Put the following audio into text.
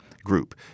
Group